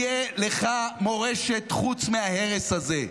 לא תהיה לך מורשת חוץ מההרס הזה.